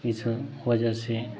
इस वजह से